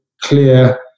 clear